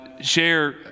share